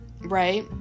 right